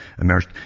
emerged